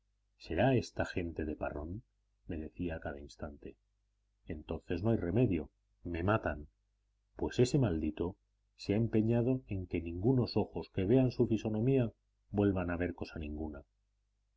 será esta gente de parrón me decía a cada instante entonces no hay remedio me matan pues ese maldito se ha empeñado en que ningunos ojos que vean su fisonomía vuelvan a ver cosa ninguna